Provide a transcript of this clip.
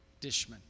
Dishman